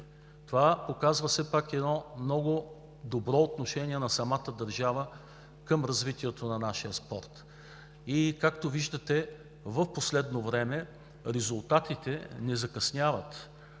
Това показва много доброто отношение на самата държава към развитието на българския спорт. Както виждате, в последно време резултатите не закъсняват: